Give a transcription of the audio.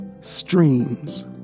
streams